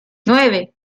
nueve